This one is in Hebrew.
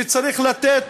שצריך לתת